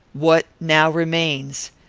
what now remains?